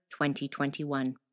2021